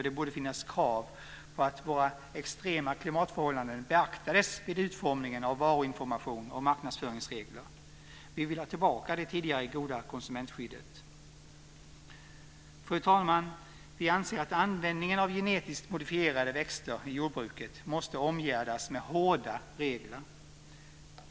Det borde finnas krav på att våra extrema klimatförhållanden beaktas vid utformningen av varuinformation och marknadsföringsregler. Vi vill ha tillbaka det tidigare goda konsumentskyddet. Fru talman! Vi anser att användningen av genetiskt modifierade växter i jordbruket måste omgärdas med hårda regler.